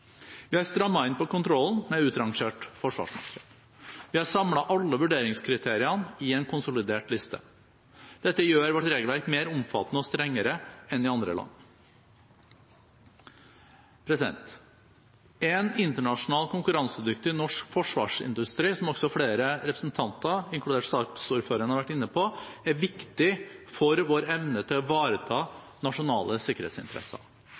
Vi har strammet inn på kontrollen med utrangert forsvarsmateriell. Vi har samlet alle vurderingskriteriene i en konsolidert liste. Dette gjør vårt regelverk mer omfattende og strengere enn i andre land. En internasjonal konkurransedyktig norsk forsvarsindustri, som også flere representanter, inkludert saksordføreren, har vært inne på, er viktig for vår evne til å ivareta nasjonale sikkerhetsinteresser.